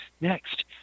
next